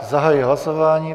Zahajuji hlasování.